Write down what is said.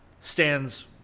Stands